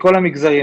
מכל המגזרים,